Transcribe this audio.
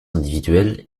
individuelle